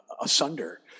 asunder